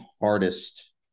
hardest